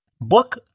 Book